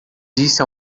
disse